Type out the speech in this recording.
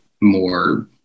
more